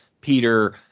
Peter